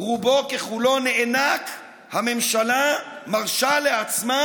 רובו ככולו נאנק, הממשלה מרשה לעצמה,